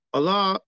Allah